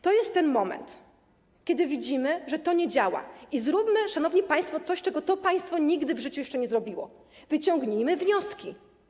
To jest ten moment, kiedy widzimy, że to nie działa, i zróbmy, szanowni państwo, coś, czego to państwo nigdy w życiu jeszcze nie zrobiło: wyciągnijmy wnioski.